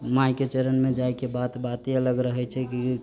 माइ के चरण मे जाइके बात बाते अलग रहै छै की